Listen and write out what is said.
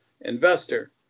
investor